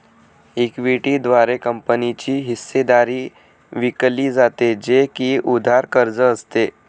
equity द्वारे कंपनीची हिस्सेदारी विकली जाते, जे की उधार कर्ज असते